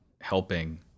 helping